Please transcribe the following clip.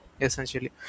Essentially